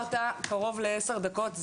דיברת קרוב לעשר דקות,